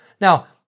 Now